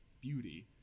beauty